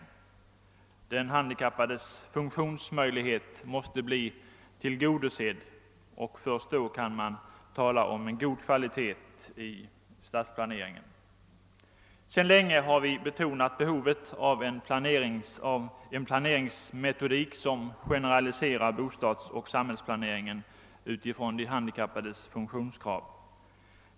Kravet på de handikappades funktionsmöjlighet måste bli tillgodosett; först då kan man tala om en god kvalitet på stadsplaneringen. Sedan länge har vi förkunnat behovet av en planeringsmetodik som generaliserar bostadsoch samhällsplaneringen med utgångspunkt i de handikappades funktionskrav.